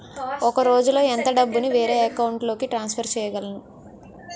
ఒక రోజులో ఎంత డబ్బుని వేరే అకౌంట్ లోకి ట్రాన్సఫర్ చేయగలను?